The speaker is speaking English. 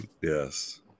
yes